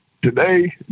Today